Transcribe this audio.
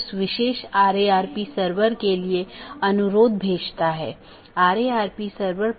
यहाँ दो प्रकार के पड़ोसी हो सकते हैं एक ऑटॉनमस सिस्टमों के भीतर के पड़ोसी और दूसरा ऑटॉनमस सिस्टमों के पड़ोसी